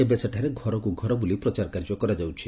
ଏବେ ସେଠାରେ ଘରକୁ ଘର ବୁଲି ପ୍ରଚାର କାର୍ଯ୍ୟ କରାଯାଉଛି